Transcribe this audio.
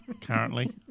currently